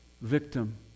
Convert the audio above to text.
victim